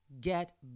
get